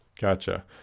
Gotcha